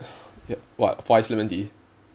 yup what for ice lemon tea